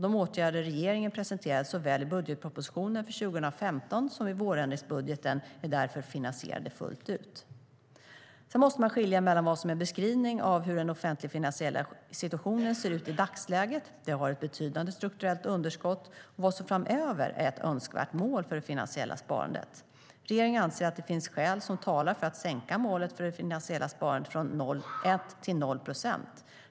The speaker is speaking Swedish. De åtgärder regeringen presenterade såväl i budgetpropositionen för 2015 som i vårändringsbudgeten är därför finansierade fullt ut. Man måste skilja mellan vad som är en beskrivning av hur den offentlig-finansiella situationen ser ut i dagsläget, där vi har ett betydande strukturellt underskott, och vad som framöver är ett önskvärt mål för det finansiella sparandet. Regeringen anser att det finns skäl som talar för att sänka målet för det finansiella sparandet från 1 till 0 procent.